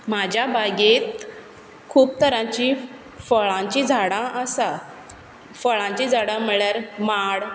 म्हाज्या बागेंत खूब तरांचीं फळांचीं झाडां आसा फळांचीं झाडां म्हळ्यार माड